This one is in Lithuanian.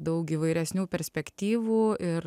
daug įvairesnių perspektyvų ir